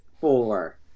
four